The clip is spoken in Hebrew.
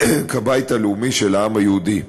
כבית הלאומי של הבית היהודי.